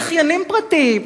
לזכיינים פרטיים,